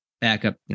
backup